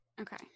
Okay